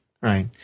Right